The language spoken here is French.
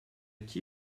qui